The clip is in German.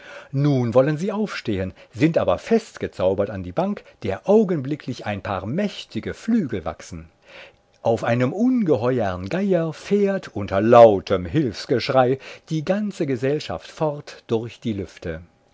nun wollen sie aufstehen sind aber festgezaubert an die bank der augenblicklich ein paar mächtige flügel wachsen auf einem ungeheuern geier fährt unter lautem hilfsgeschrei die ganze gesellschaft fort durch die lüfte